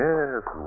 Yes